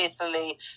italy